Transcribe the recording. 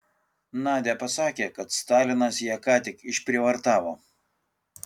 nadia pasakė kad stalinas ją ką tik išprievartavo